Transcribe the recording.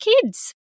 kids